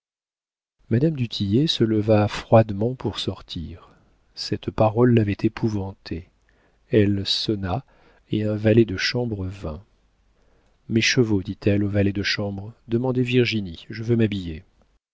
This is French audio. du tillet se leva froidement pour sortir cette parole l'avait épouvantée elle sonna et un valet de chambre vint mes chevaux dit-elle au valet de chambre demandez virginie je veux m'habiller